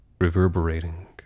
reverberating